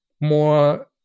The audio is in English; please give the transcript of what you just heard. more